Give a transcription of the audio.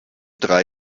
drei